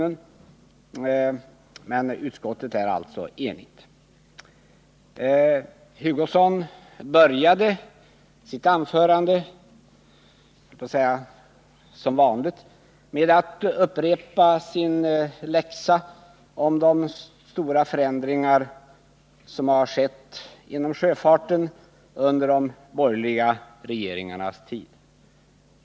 Men jag upprepar att utskottet är enigt. Kurt Hugosson började sitt anförande — som vanligt, skulle jag vilja säga — med att upprepa sin ”läxa” om de stora förändringar som har skett inom sjöfarten under de borgerliga regeringarnas tid.